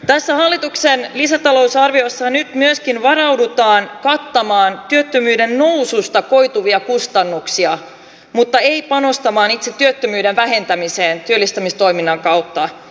tässä hallituksen lisätalousarviossa nyt myöskin varaudutaan kattamaan työttömyyden noususta koituvia kustannuksia mutta ei panostamaan itse työttömyyden vähentämiseen työllistämistoiminnan kautta